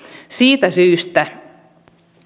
siitä syystä